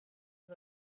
for